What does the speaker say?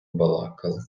балакали